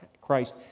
Christ